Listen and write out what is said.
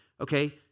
okay